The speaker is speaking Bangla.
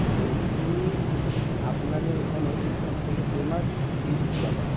বলছি আপনাদের এখানে সবথেকে ফেমাস ডিশ কী আছে